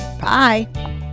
Bye